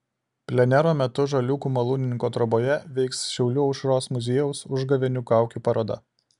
plenero metu žaliūkių malūnininko troboje veiks šiaulių aušros muziejaus užgavėnių kaukių paroda